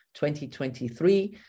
2023